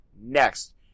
next